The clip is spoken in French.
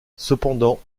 cependant